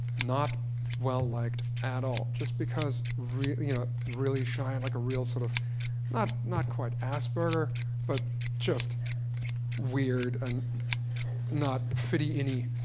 not well liked at all just because really you know really shy, and like sort of not not quite asperger but just weird and not fitty-inny.